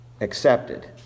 accepted